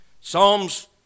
Psalms